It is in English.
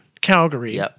Calgary